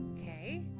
Okay